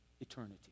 eternity